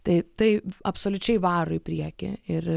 tai tai absoliučiai varo į priekį ir